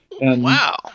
Wow